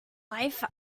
life